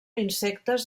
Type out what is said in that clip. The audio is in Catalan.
insectes